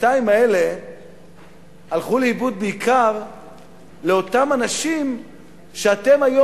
השנתיים האלה הלכו לאיבוד בעיקר לאותם אנשים שאתם היום